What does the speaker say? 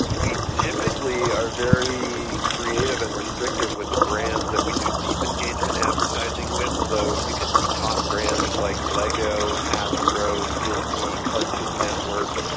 we typically are very creative and restrictive with the brands that we do deep engagement advertising with. so you can see top brands like lego, hasbro, disney, cartoon network,